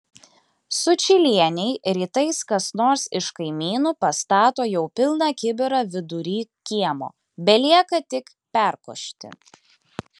sučylienei rytais kas nors iš kaimynų pastato jau pilną kibirą vidury kiemo belieka tik perkošti